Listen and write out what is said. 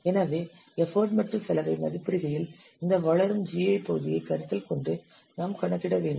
எனவே எஃபர்ட் மற்றும் செலவை மதிப்பிடுகையில் இந்த வளரும் GUI பகுதியை கருத்தில் கொண்டு நாம் கணக்கிட வேண்டும்